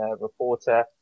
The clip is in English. reporter